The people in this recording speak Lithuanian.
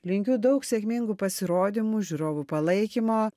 linkiu daug sėkmingų pasirodymų žiūrovų palaikymo